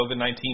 COVID-19